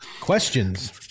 questions